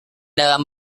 dalam